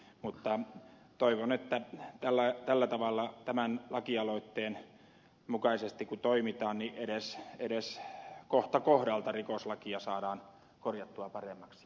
mutta toivon että kun tällä tavalla tämän lakialoitteen mukaisesti toimitaan edes kohta kohdalta rikoslakia saadaan korjattua paremmaksi